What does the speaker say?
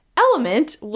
element